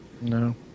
No